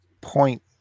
point